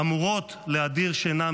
אמורות להדיר שינה